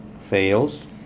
fails